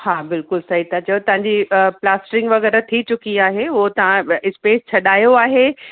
हा बिल्कुलु सही था चओ तव्हांजी प्लास्टरिंग वग़ैरह थी चुकी आहे उहो तव्हां स्पेस छॾायो आहे